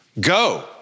Go